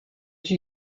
she